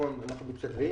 בטלפון ואנחנו מתכתבים.